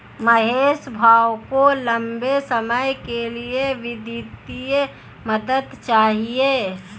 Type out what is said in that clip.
महेश भाऊ को लंबे समय के लिए वित्तीय मदद चाहिए